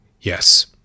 Yes